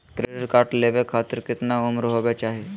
Credit card लेवे खातीर कतना उम्र होवे चाही?